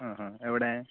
ആ ഹ എവിടെ